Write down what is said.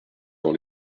dans